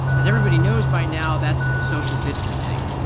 as everybody knows by now, that's social distancing.